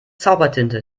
zaubertinte